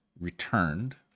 returned